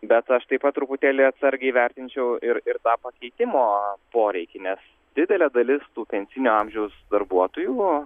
bet aš taip pat truputėlį atsargiai vertinčiau ir ir tą pakeitimo poreikį nes didelė dalis tų pensinio amžiaus darbuotojų